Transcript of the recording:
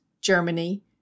Germany